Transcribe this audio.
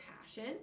passion